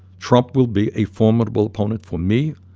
trump will be a formidable opponent for me,